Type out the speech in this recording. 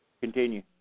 Continue